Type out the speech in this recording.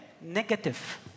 negative